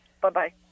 Bye-bye